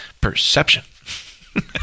Perception